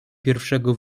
pierwszego